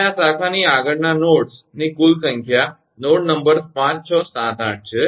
અને આ શાખાની આગળના નોડ્સ ની કુલ સંખ્યા નોડ નંબર્સ 5678 છે